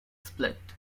split